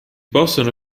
possono